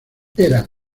eran